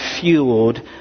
fueled